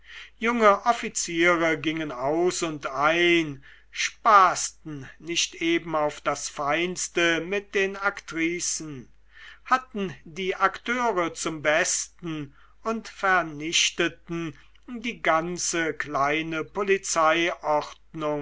junge offiziere gingen aus und ein spaßten nicht eben auf das feinste mit den aktricen hatten die akteure zum besten und vernichteten die ganze kleine